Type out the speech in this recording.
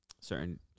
certain